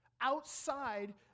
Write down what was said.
outside